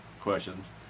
questions